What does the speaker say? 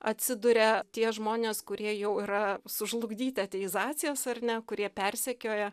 atsiduria tie žmonės kurie jau yra sužlugdyti ateizacijos ar ne kurie persekioja